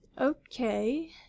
Okay